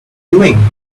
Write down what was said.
doing